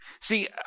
See